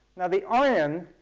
now the iron.